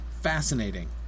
fascinating